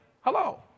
Hello